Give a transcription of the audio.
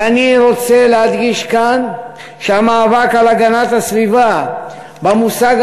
ואני רוצה להדגיש כאן שהמאבק על הגנת הסביבה במושג